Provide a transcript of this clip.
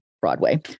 Broadway